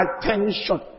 attention